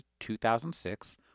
2006